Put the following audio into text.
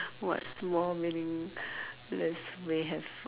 what small meaningless way have